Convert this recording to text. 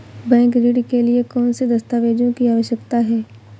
Bank ऋण के लिए कौन से दस्तावेजों की आवश्यकता है?